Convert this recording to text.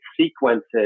sequences